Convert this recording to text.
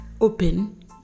open